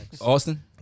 Austin